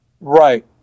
Right